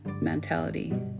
mentality